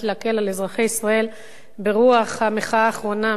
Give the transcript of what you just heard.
להקל על אזרחי ישראל ברוח המחאה האחרונה,